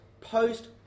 post